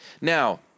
Now